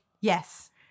Yes